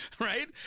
right